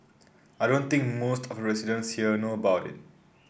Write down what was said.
I don't think most of the residents here know about it